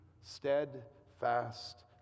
steadfast